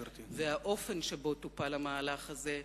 והאופן שבו טופל המהלך הזה,